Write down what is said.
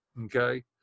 Okay